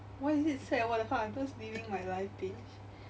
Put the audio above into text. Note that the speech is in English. why is it sad what the fuck I'm just living my life bitch